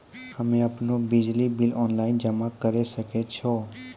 हम्मे आपनौ बिजली बिल ऑनलाइन जमा करै सकै छौ?